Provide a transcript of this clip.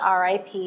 RIP